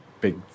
big